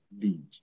lead